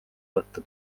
võtta